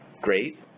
great